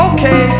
Okay